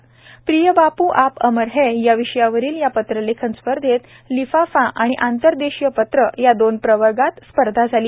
प्रिय बापू आप अमर है या विषयावरील या पत्रलेखन स्पर्धत लिफाफा आणि आंतरदेशीय पत्र या दोन प्रवर्गात स्पर्धा झाली